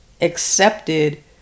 accepted